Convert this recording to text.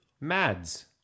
Mads